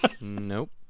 Nope